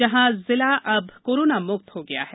जहां जिला अब कोरोना म्क्त हो गया है